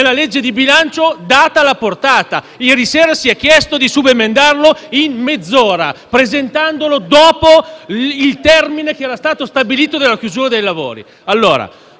nella legge di bilancio, data la sua portata, mentre ieri sera si è chiesto di subemendarlo in mezz'ora, presentandolo dopo il termine che era stato stabilito per la chiusura dei lavori.